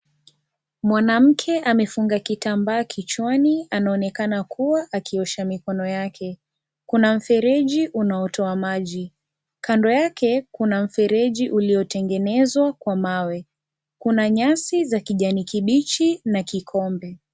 Mwanamke amefunga kitambaa kichwani, anaonekana kuwa akiosha mikono yake. Kuna mfereji unaotoa maji. Kando yake, kuna mfereji uliotengenezwa kwa mawe. Kuna nyasi za kijani kibichi na kikombe.